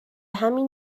همین